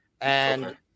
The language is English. And-